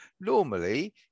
Normally